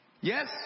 Yes